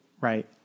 Right